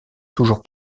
toujours